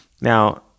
Now